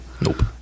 Nope